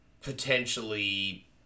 potentially